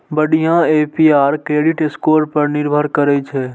बढ़िया APR credit score पर निर्भर करै छै